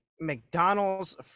McDonald's